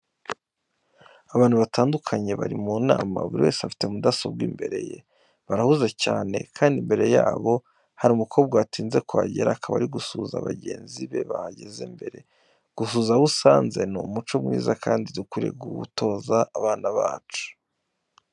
Abantu batandukanye bari mu nama, buri wese afite mudasobwa imbere ye. Barahuze cyane kandi imbere yabo hari umukobwa watinze kuhagera, akaba ari gusuhuza bagenzi be bahageze mbere. Gusuhuza abo usanze ni umuco mwiza kandi dukwiye kuwutoza abana bacu.